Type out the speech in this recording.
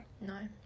No